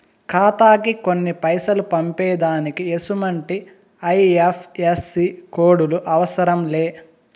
ఖాతాకి కొన్ని పైసలు పంపేదానికి ఎసుమంటి ఐ.ఎఫ్.ఎస్.సి కోడులు అవసరం లే